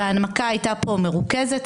וההנמקה הייתה פה מרוכזת.